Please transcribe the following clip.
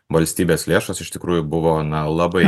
valstybės lėšos iš tikrųjų buvo na labai